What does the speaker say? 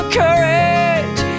courage